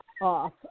off